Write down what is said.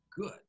good